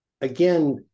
again